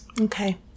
Okay